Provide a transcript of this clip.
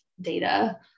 data